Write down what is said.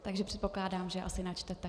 Takže předpokládám, že asi načtete.